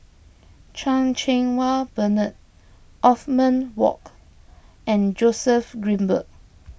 Chan Cheng Wah Bernard Othman Wok and Joseph Grimberg